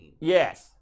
Yes